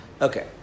Okay